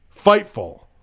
Fightful